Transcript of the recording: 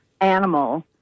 animal